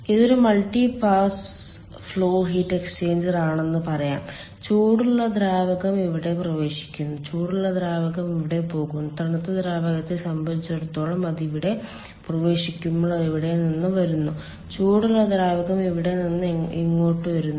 ഇതൊരു multi pass flow heat exchanger ആണെന്ന് പറയാം ചൂടുള്ള ദ്രാവകം ഇവിടെ പ്രവേശിക്കുന്നു ചൂടുള്ള ദ്രാവകം ഇവിടെ പോകുന്നു തണുത്ത ദ്രാവകത്തെ സംബന്ധിച്ചിടത്തോളം അത് ഇവിടെ പ്രവേശിക്കുമ്പോൾ അത് ഇവിടെ നിന്ന് വരുന്നു ചൂടുള്ള ദ്രാവകം ഇവിടെ നിന്ന് ഇങ്ങോട്ട് വരുന്നു